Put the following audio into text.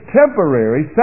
temporary